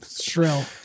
shrill